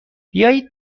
بیایید